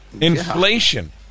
inflation